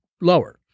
lower